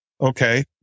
Okay